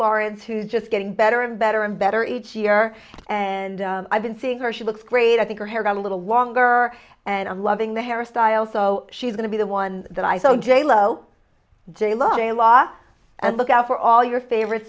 lawrence who's just getting better and better and better each year and i've been seeing her she looks great i think her hair done a little longer and i'm loving the hairstyle so she's going to be the one that i thought j lo j loved a lot and look out for all your favorite